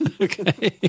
Okay